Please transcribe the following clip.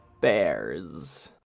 Bears